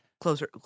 closer